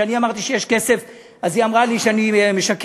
שכשאני אמרתי שיש כסף היא אמרה לי שאני משקר?